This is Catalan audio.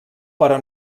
però